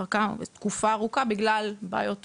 תקופה ארוכה בגלל בעיות תוכנה,